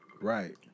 Right